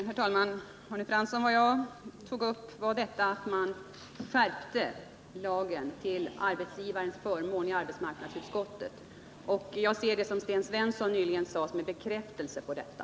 Herr talman! Det jag tog upp, Arne Fransson, var att arbetsmarknadsutskottet har skärpt lagen till arbetsgivarens förmån. Jag ser det som Sten Svensson nyss sade som en bekräftelse på detta.